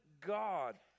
God